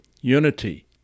unity